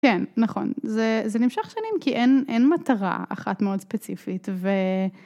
כן נכון זה זה נמשך שנים כי אין אין מטרה אחת מאוד ספציפית.